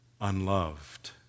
unloved